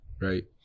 right